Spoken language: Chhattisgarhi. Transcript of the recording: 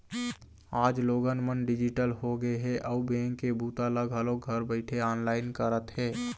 आज लोगन मन डिजिटल होगे हे अउ बेंक के बूता ल घलोक घर बइठे ऑनलाईन करत हे